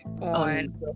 on